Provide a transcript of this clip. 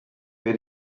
wer